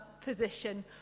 position